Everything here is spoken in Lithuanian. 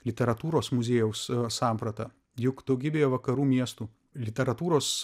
literatūros muziejaus sampratą juk daugybėje vakarų miestų literatūros